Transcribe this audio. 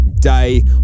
day